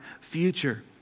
future